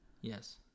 Yes